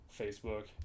Facebook